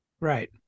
Right